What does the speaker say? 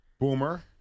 Boomer